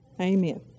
Amen